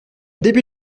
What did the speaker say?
début